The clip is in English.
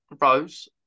Rose